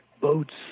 boats